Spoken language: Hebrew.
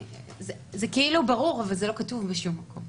זה כאילו ברור, אבל זה לא כתוב בשום מקום.